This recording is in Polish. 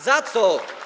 Za co?